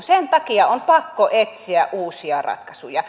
sen takia on pakko etsiä uusia ratkaisuja